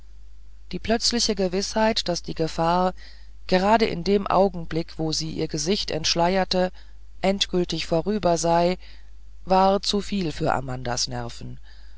die plötzliche gewißheit daß die gefahr gerade in dem augenblick wo sie ihr gesicht entschleierte endgültig vorüber sei war zu viel für amandas nerven